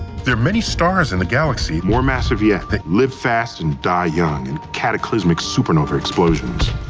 there many stars in the galaxy more massive yet, that live fast and die young in cataclysmic supernova explosions.